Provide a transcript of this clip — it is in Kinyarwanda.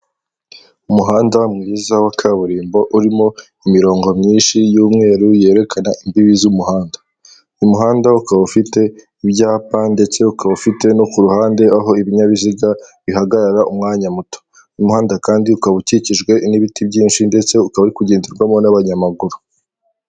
Umuhanda mwiza wa kaburimbo urimo imirongo myinshi y'umweru yerekana imbibi z'umuhanda, umuhanda ukaba ufite ibyapa ndetse ukaba ufite no ku ruhande aho ibinyabiziga bihagarara umwanya muto umuhanda kandi ukaba ukikijwe n'ibiti byinshi ndetse ukaba uri kugenderwamo n'abanyamaguru.